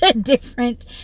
Different